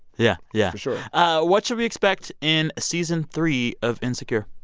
yeah, yeah for sure what should we expect in season three of insecure?